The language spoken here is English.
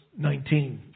19